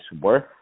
worth